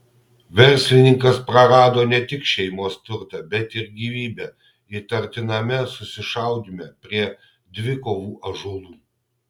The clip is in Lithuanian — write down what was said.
verslininkas prarado ne tik šeimos turtą bet ir gyvybę įtartiname susišaudyme prie dvikovų ąžuolų